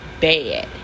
bad